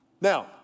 Now